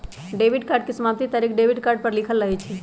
debit card के समाप्ति तारिख डेबिट कार्ड पर लिखल रहइ छै